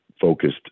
focused